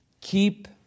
Keep